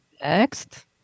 Next